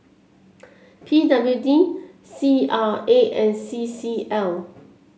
P W D C R A and C C L